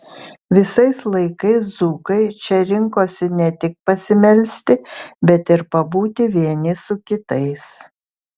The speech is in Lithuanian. visais laikais dzūkai čia rinkosi ne tik pasimelsti bet ir pabūti vieni su kitais